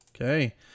okay